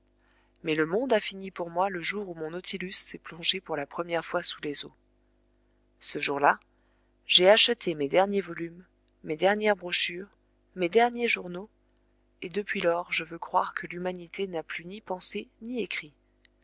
mais le monde a fini pour moi le jour où mon nautilus s'est plongé pour la première fois sous les eaux ce jour-là j'ai acheté mes derniers volumes mes dernières brochures mes derniers journaux et depuis lors je veux croire que l'humanité n'a plus ni pensé ni écrit